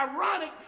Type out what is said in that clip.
ironic